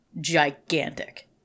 gigantic